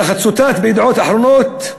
ככה צוטט ב"ידיעות אחרונות":